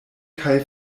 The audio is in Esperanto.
kaj